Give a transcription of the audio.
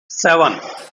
seven